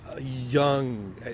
young